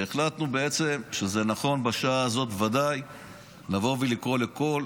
ובעצם החלטנו שנכון לבוא ולקרוא לכל